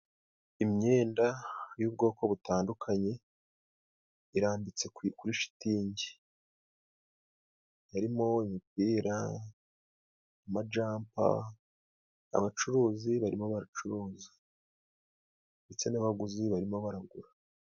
Imyenda y'ubwoko butandukanye irambitse kuri shitingi, yarimo imipira, amajampa abacuruzi barimo bacuruza, ndetse n'abaguzi barimo baragura.